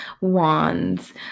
wands